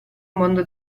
mondo